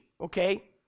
okay